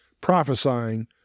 prophesying